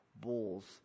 bulls